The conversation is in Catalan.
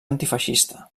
antifeixista